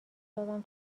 دادم